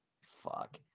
Fuck